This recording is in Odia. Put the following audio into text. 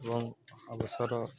ଏବଂ ଅବସର